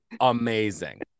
amazing